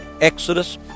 Exodus